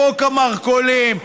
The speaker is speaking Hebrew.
חוק המרכולים,